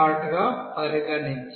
గా పరిగణించాలి